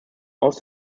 aus